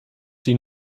sie